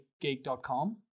geek.com